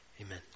Amen